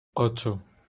ocho